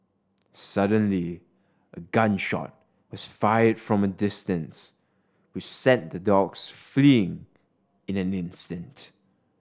suddenly a gun shot was fired from a distance which sent the dogs fleeing in an instant